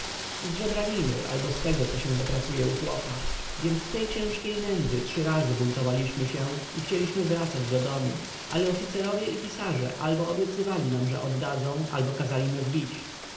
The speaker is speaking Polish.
żebraniny albo z tego co się zapracuje u chłopa więc w tej ciężkiej nędzy trzy razy buntowaliśmy się i chcieliśmy wracać do domu ale oficerowie i pisarze albo obiecywali nam że oddadzą albo kazali nas bić